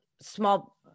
small